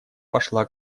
пошла